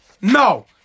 No